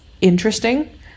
interesting